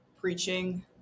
preaching